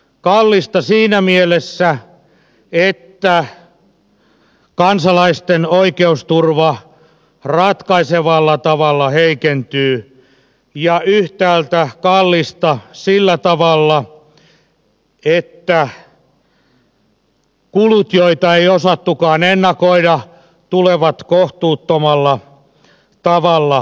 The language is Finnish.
kallista siinä mielessä että kansalaisten oikeusturva ratkaisevalla tavalla heikentyy ja yhtäältä kallista sillä tavalla että kulut joita ei osattukaan ennakoida tulevat kohtuuttomalla tavalla kasvamaan